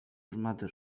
mother